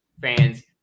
fans